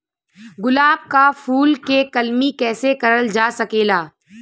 गुलाब क फूल के कलमी कैसे करल जा सकेला?